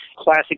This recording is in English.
Classic